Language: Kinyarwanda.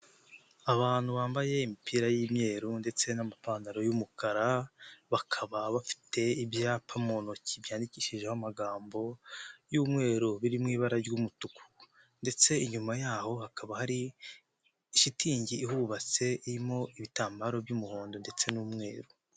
Abantu bambaye imipira y'imweru ndetse n'amapantaro y'umukara, bakaba bafite ibyapa mu ntoki byandikishijeho amagambo y'umweru biri mu ibara ry'umutuku ndetse inyuma yaho hakaba hari shitingi ihubatse irimo ibitambaro by'umuhondo ndetse n'umweru.